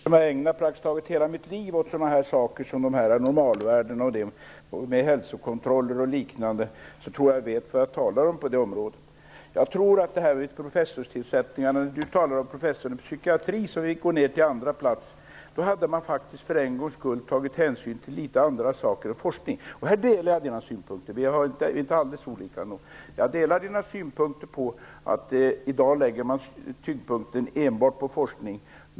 Herr talman! Eftersom jag har ägnat praktiskt taget hela mitt liv åt normalvärden, hälsokontroller och liknande tror jag att jag vet vad jag talar om. Hoffmann om en manlig professor i psykiatri, som hamnade på andra plats vid en tjänstetillsättning. Då hade man faktiskt för en gång skull tagit hänsyn till andra saker än forskning. Jag delar Ulla Hoffmanns synpunkter på att man i dag lägger tyngdpunkten enbart vid forskning.